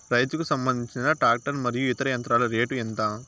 రైతుకు సంబంధించిన టాక్టర్ మరియు ఇతర యంత్రాల రేటు ఎంత?